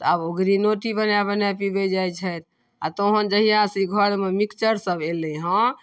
तऽ आब ओ ग्रीनो टी बना बना पिबै जाए छथि आओर तहन जहिआसँ ई घरमे मिक्सरसब अएलै हँ